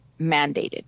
mandated